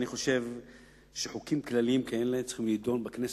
אני חושב שחוקים כלליים כאלה צריכים להידון בכנסת,